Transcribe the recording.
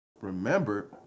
remember